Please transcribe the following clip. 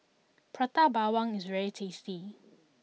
Prata Bawang is very tasty